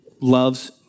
loves